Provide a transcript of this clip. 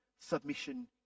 submission